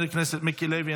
חבר הכנסת מיקי לוי,